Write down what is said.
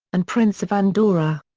and prince of andorra.